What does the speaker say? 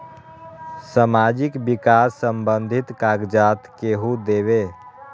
समाजीक विकास संबंधित कागज़ात केहु देबे?